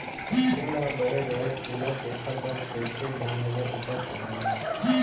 फूल ह बड़े बड़े फुलय तेकर बर कइसे ढंग ले उपज करना हे